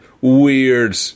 weird